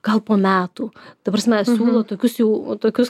gal po metų ta prasme siūlo tokius jau tokius